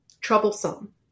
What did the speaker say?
troublesome